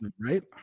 right